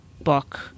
book